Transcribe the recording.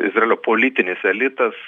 izraelio politinis elitas